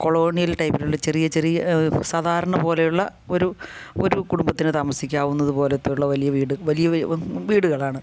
colonial ടൈപ്പിലുള്ള ചെറിയ ചെറിയ സാധാരണ പോലെയുള്ള ഒരു ഒരു കുടുംബത്തിന് താമസിക്കാവുന്നതു പോലെ ഉള്ള വലിയ വീട് വലിയ വീടുകളാണ്